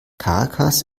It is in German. caracas